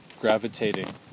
gravitating